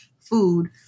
food